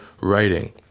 writing